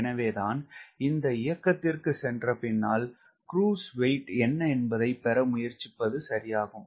எனவே தான் இந்த இயக்கத்திற்கு சென்ற பின்னால் Wcruise என்ன என்பதை பெற முயற்சிப்பது சரியாகும்